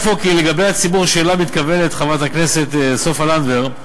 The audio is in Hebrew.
נראה אפוא כי לגבי הציבור שאליו חברת הכנסת סופה לנדבר מתכוונת,